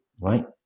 right